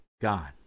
God